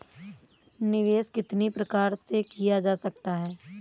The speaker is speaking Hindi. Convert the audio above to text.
निवेश कितनी प्रकार से किया जा सकता है?